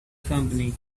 company